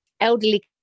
elderly